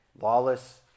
lawless